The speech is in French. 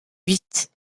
huit